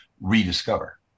rediscover